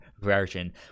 version